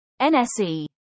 NSE